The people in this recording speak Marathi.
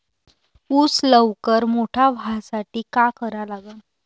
ऊस लवकर मोठा व्हासाठी का करा लागन?